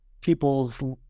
people's